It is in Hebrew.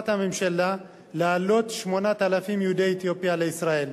הממשלה להעלות 8,000 מיהודי אתיופיה לישראל.